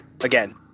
again